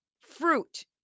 fruit